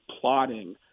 plotting